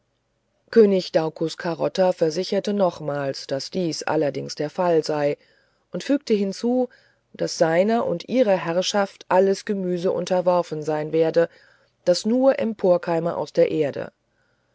könig daucus carota versicherte nochmals daß dies allerdings der fall sei und fügte hinzu daß seiner und ihrer herrschaft alles gemüse unterworfen sein werde das nur emporkeime aus der erde